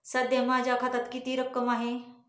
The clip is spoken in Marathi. सध्या माझ्या खात्यात किती रक्कम आहे?